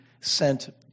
sent